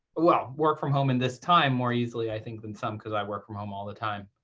well work from home in this time more easily i think than some because i work from home all the time.